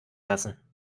lassen